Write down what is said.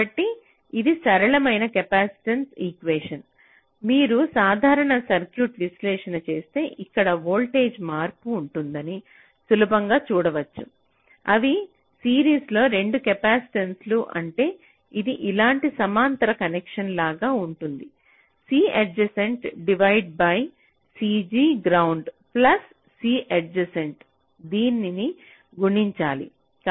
కాబట్టి ఇది సరళమైన కెపాసిటర్ ఈక్వేషన్ మీరు సాధారణ సర్క్యూట్ విశ్లేషణ చేస్తే ఇక్కడ వోల్టేజ్లో మార్పు ఉంటుందని సులభంగా చూడవచ్చు అవి సిరీస్లో 2 కెపాసిటెన్స లు అంటే ఇది ఇలాంటి సమాంతర కనెక్షన్ లాగా ఉంటుంది C adjacent divide by C g ground plus C adjacent దీని గుణించాలి